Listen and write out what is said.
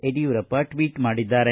Yediyurappa tweet ಮಾಡಿದ್ದಾರೆ